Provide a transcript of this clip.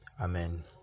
amen